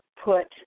put